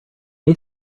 may